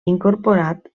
incorporat